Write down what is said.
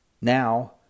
Now